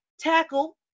Tackle